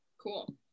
Cool